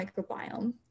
microbiome